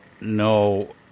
no